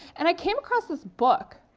and i came across this book.